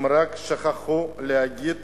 הם רק שכחו להגיד